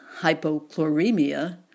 hypochloremia